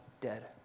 dead